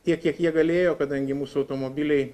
tiek kiek jie galėjo kadangi mūsų automobiliai